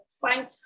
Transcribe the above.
find